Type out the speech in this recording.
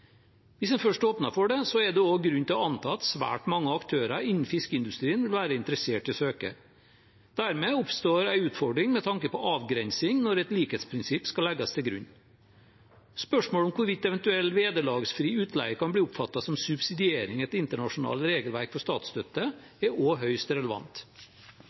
Hvis man først åpner for det, er det også grunn til å anta at svært mange aktører innen fiskeindustrien vil være interessert i å søke. Dermed oppstår det en utfordring med tanke på avgrensning når et likhetsprinsipp skal legges til grunn. Spørsmålet om hvorvidt eventuell vederlagsfri utleie kan bli oppfattet som subsidiering etter internasjonale regelverk for statsstøtte, er også høyst relevant.